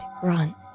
grunt